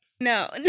No